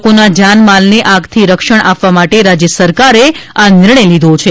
લોકોના જાનમાલને આગથી રક્ષણ આપવા માટે રાજ્ય સરકારે આ નિર્ણય લીધો છે